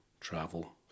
travel